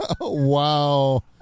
Wow